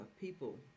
people